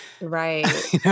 Right